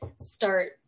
start